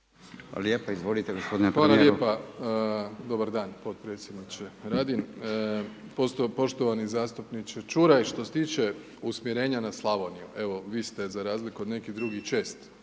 **Plenković, Andrej (HDZ)** Hvala lijepa. Dobar dan potpredsjedniče Radin. Poštovani zastupniče Čuraj. Što se tiče usmjerenja na Slavoniju, evo vi ste za razliku od nekih drugih čest